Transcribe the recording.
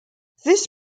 this